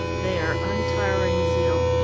their untiring zeal,